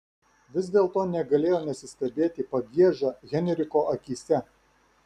vis dėlto negalėjo nesistebėti pagieža henriko akyse